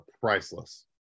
priceless